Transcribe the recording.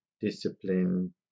discipline